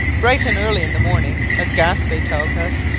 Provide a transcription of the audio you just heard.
bright and early in the morning, as gaspe tells us,